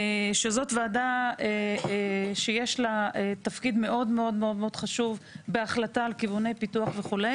שזאת ועדה שיש לה תפקיד מאוד מאוד חשוב בהחלטה על כיווני פיתוח וכו'.